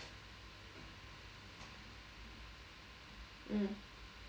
mm